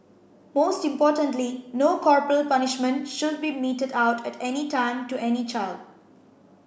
most importantly no corporal punishment should be meted out at any time to any child